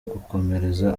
gukomereza